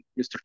Mr